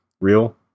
real